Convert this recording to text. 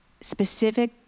specific